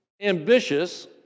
ambitious